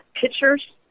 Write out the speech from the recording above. pictures